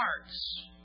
hearts